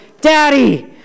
Daddy